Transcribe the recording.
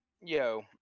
yo